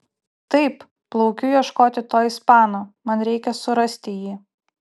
taip plaukiu ieškoti to ispano man reikia surasti jį